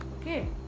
Okay